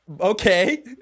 Okay